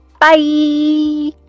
Bye